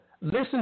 listen